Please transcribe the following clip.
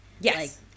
Yes